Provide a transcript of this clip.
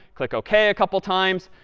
click ok a couple of times.